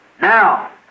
Now